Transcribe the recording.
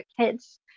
kids